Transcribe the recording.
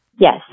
Yes